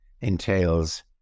entails